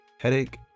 headache